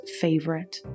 favorite